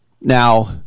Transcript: Now